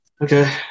Okay